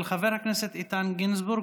של חבר הכנסת איתן גינזבורג.